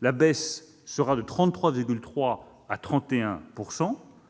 le taux passera de 33,3 % à 31 %.